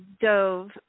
dove